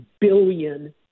billion